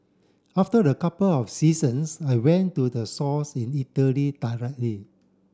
after a couple of seasons I went to the source in Italy directly